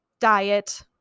diet